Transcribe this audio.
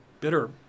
bitter